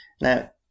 Now